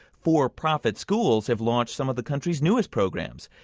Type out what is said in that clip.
for-profit schools have launched some of the country's newest programs.